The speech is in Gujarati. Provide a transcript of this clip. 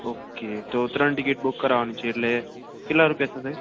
ઓકે તો ત્રણ ટિકિટ બૂક કરાવાની છે એટલે કેટલા રૂપિયા થશે